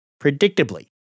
Predictably